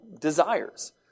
desires